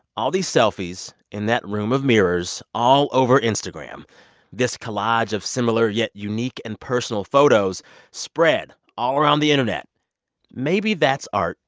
all these selfies in that room of mirrors all over instagram this collage of similar yet unique and personal photos spread all around the internet maybe that's art,